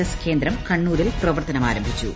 S കേന്ദ്രം കണ്ണൂരിൽ പ്രവർത്തനം ആരംഭിച്ചു